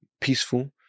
peaceful